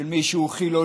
של מי שהוא חילוני,